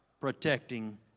protecting